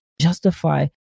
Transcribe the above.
justify